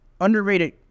underrated